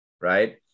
right